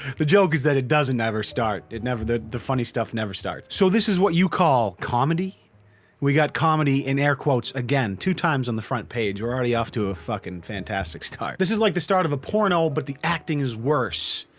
the joke is that it doesn't ever start, it never. the the funny stuff never starts so this is what you call comedy we got comedy in air quotes again two times on the front page. we're already off to a fucking fantastic start this is like the start of a porno, but the acting is worse.